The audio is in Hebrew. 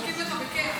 מחכים לך בכיף.